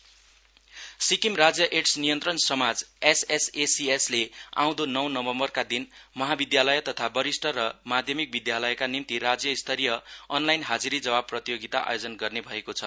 SSACS Sikkim राज्य AIDS नियन्त्रण समाज एसएसएसीएस ले आउँदो नौं नौभम्वरका दिन महाविद्यालय तथा वरिष्ठ र माध्यमिक विद्यालयका निम्ति राज्य स्तरीय अनलाइन हाजीरिजवाफ प्रतियोगीता आयोजन गर्ने भएको छ